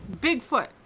bigfoot